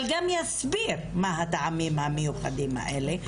אבל שגם יסביר מהם הטעמים המיוחדים האלה.